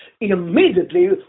immediately